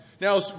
Now